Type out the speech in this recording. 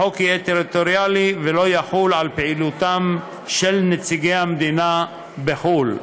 החוק יהיה טריטוריאלי ולא יחול על פעילותם של נציגי המדינה בחו"ל.